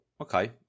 okay